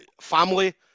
family